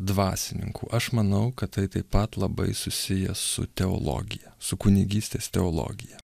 dvasininkų aš manau kad tai taip pat labai susiję su teologija su kunigystės teologija